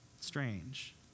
strange